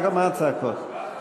מה הצעקות?